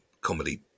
comedy